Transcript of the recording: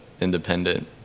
independent